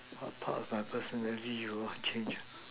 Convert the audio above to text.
what part of personality you want to change